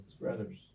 brother's